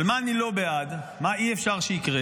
אבל מה אני לא בעד, מה אי-אפשר שיקרה?